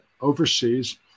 overseas